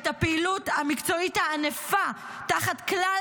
את הפעילות המקצועית הענפה תחת כלל